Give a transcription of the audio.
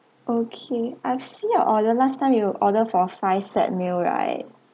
okay I've see your order the last time you order for five set meal right